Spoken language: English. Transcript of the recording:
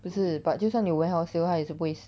不是 but 就算有 warehouse sale 它也是不会